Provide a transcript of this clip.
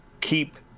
keep